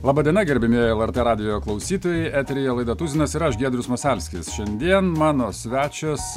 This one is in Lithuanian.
laba diena gerbiamieji lrt radijo klausytojai eteryje laida tuzinas ir aš giedrius masalskis šiandien mano svečias